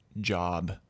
job